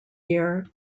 year